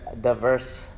diverse